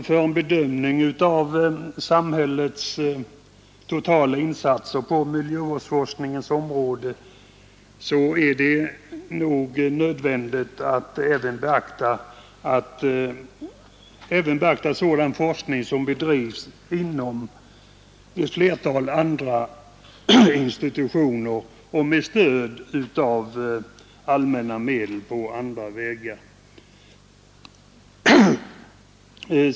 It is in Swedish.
Fötf en bedömning av samhällets totala insatser på miljövårdsforskningens område är det nog nödvändigt att även beakta sådan forskning som bedrivs inom ett flertal institutioner och med stöd av allmänna medel på andra vägar.